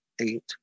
eight